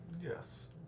yes